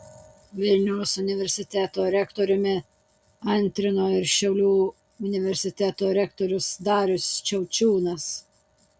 vilniaus universiteto rektoriui antrino ir šu rektorius darius šiaučiūnas